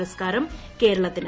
പുരസ്കാരം കേരളത്തിന്